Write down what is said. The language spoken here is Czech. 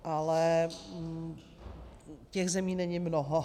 Ale těch zemí není mnoho.